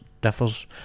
differs